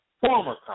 former